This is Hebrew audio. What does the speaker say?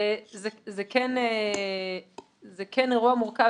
זה כן אירוע מורכב.